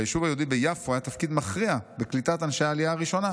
ליישוב היהודי ביפו היה תפקיד מכריע בקליטת אנשי העלייה הראשונה,